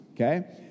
Okay